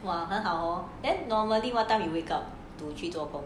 !wah! 很好 hor then normally what time you wake up to like 去做工